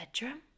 bedroom